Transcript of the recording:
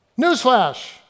Newsflash